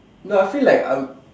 no I feel like I'll